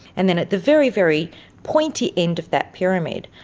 and then at the very, very pointy end of that pyramid,